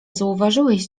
zauważyłeś